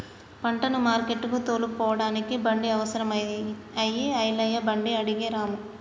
పంటను మార్కెట్టుకు తోలుకుపోడానికి బండి అవసరం అయి ఐలయ్య బండి అడిగే రాము